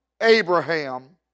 Abraham